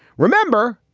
remember,